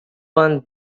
one